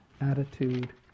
attitude